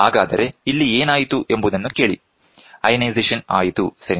ಹಾಗಾದರೆ ಇಲ್ಲಿ ಏನಾಯಿತು ಎಂಬುದನ್ನು ಕೇಳಿ ಅಯಾನೈಸೇಶನ್ ಆಯಿತು ಸರಿನಾ